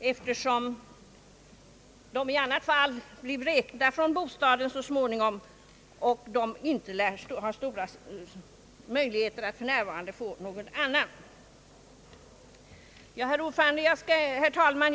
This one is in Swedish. eftersom de i annat fall så småningom blir vräkta från bostaden och inte för närvarande har stora möjligheter att få någon annan. Herr talman!